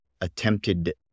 attempted